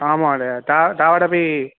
आम् महोदय तावदपि